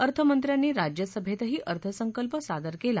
अर्थमंत्र्यांनी राज्यसभेतही अर्थसंकल्प सादर केला